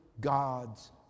God's